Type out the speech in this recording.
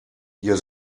ihr